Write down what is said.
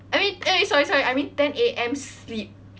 I mean eh sorry sorry I mean ten A_M sleep